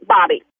Bobby